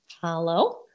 Hello